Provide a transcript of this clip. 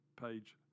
page